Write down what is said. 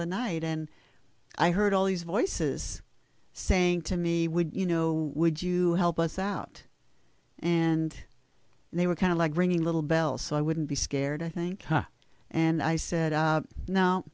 of night and i heard all these voices saying to me would you know would you help us out and they were kind of like ringing little bells so i wouldn't be scared i think and i s